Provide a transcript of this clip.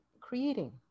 creating